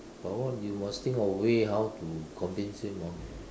but what you must think of way how to convince him orh